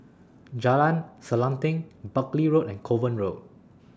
Jalan Selanting Buckley Road and Kovan Road